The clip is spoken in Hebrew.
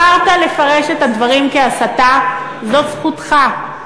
בחרת לפרש את הדברים כהסתה, זאת זכותך.